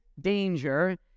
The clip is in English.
danger